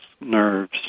nerves